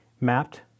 mapped